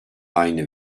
aynı